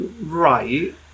Right